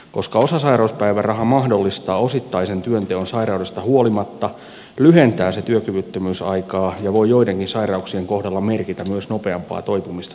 koska osasairauspäiväraha mahdollistaa osittaisen työnteon sairaudesta huolimatta lyhentää se työkyvyttömyysaikaa ja voi joidenkin sairauk sien kohdalla merkitä myös nopeampaa toipumista sairaudesta